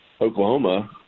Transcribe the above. Oklahoma